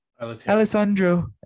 Alessandro